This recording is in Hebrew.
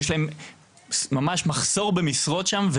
יש להם ממש מחסור במשרות שם,